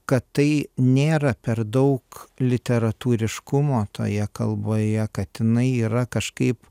kad tai nėra per daug literatūriškumo toje kalboje kad jinai yra kažkaip